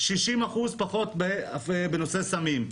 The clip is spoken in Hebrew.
60% פחות בנושא סמים.